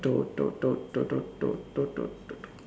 dot dot dot dot dot dot dot dot